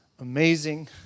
amazing